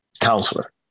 counselor